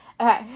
Okay